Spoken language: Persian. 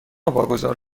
واگذار